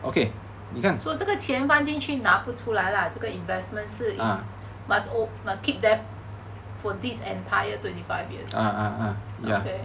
so 这个钱放进去拿不出来 lah 这个 investment 是 must keep there for this entire twenty five years okay